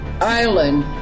island